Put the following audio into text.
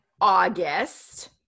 august